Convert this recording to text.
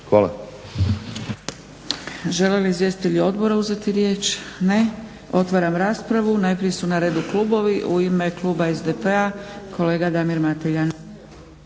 Hvala.